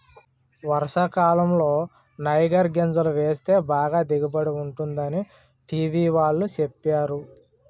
వర్షాకాలంలో నైగర్ గింజలు వేస్తే బాగా దిగుబడి ఉంటుందని టీ.వి వాళ్ళు సెప్పేరు